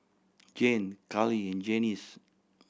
Jane Karli and Janis